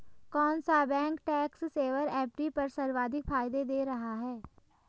कौन सा bank tax saver FD पर सर्वाधिक फायदा दे रहा है?